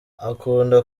akunda